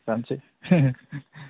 जानोसै